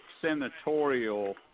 Senatorial